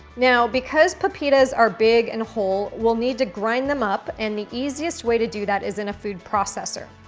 now because pepitas are big and whole, we'll need to grind them up. and the easiest way to do that is in a food processor.